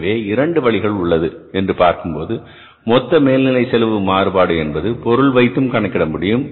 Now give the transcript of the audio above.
எனவே 2 வழிமுறைகள் உள்ளது என்று பார்க்கும்போது மொத்த மேல்நிலை செலவு மாறுபாடு என்பது பொருள் வைத்தும் கணக்கிட முடியும்